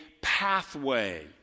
pathway